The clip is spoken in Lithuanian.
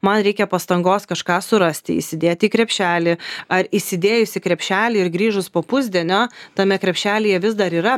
man reikia pastangos kažką surasti įsidėti į krepšelį ar įsidėjus į krepšelį ir grįžus po pusdienio tame krepšelyje vis dar yra